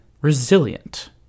resilient